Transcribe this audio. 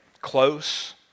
close